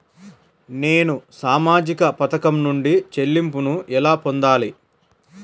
నేను సామాజిక పథకం నుండి చెల్లింపును ఎలా పొందాలి?